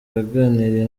yaganiriye